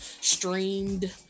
streamed